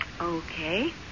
Okay